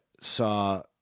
saw